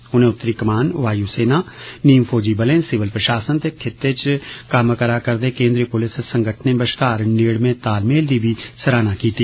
उनें उतरी कमान वायू सेना नीम फौजी बलें सिविल प्रशासन ते खिते च कम्म करा रदे केन्द्री पुलिस संगठनें बश्कार नेडमे तालमेल दी बी सराहना कीती